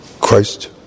Christ